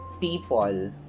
people